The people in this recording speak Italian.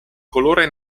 colore